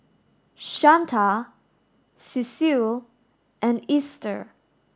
Shanta Cecil and Easter